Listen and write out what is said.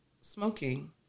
smoking